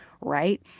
right